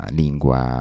lingua